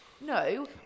No